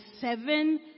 seven